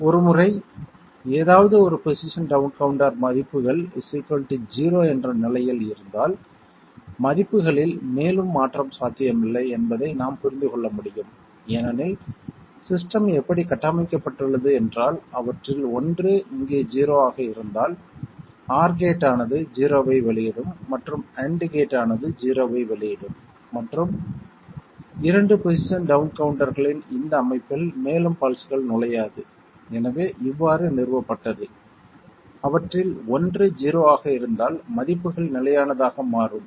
ஒரு முறை ஏதாவது ஒரு பொசிஷன் டவுன் கவுண்டர் மதிப்புகள் 0 என்ற நிலையில் இருந்தால் மதிப்புகளில் மேலும் மாற்றம் சாத்தியமில்லை என்பதை நாம் புரிந்து கொள்ள முடியும் ஏனெனில் சிஸ்டம் எப்படி கட்டமைக்கப்பட்டுள்ளது என்றால் அவற்றில் ஒன்று இங்கே 0 ஆக இருந்தால் OR கேட் ஆனது 0 ஐ வெளியிடும் மற்றும் AND கேட் ஆனது 0 ஐ வெளியிடும் மற்றும் 2 பொசிஷன் டவுன் கவுண்டர்களின் இந்த அமைப்பில் மேலும் பல்ஸ்கள் நுழையாது எனவே இவ்வாறு நிறுவப்பட்டது அவற்றில் ஒன்று 0 ஆக இருந்தால் மதிப்புகள் நிலையானதாக மாறும்